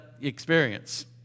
experience